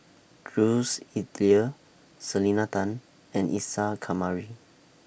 Jules Itier Selena Tan and Isa Kamari